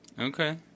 Okay